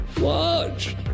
watch